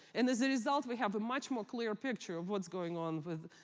and as a result we have a much more clear picture of what's going on with,